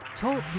Talk